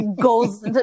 goes